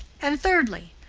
and thirdly,